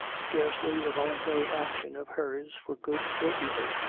scarcely a voluntary action of hers for good or evil,